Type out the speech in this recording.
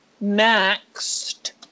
Next